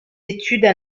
études